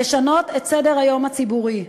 לשנות את סדר-היום הציבורי,